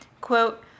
quote